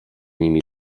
nimi